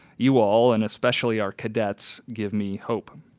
you all and especially our cadets give me hope.